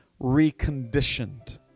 reconditioned